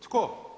Tko?